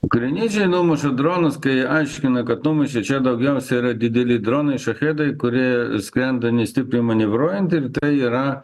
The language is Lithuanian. ukrainiečiai numuša dronus kai aiškina kad numušė čia daugiausiai yra didelį dronai šachedai kurie skrenda nestipriai manevruojant ir tai yra